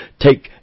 take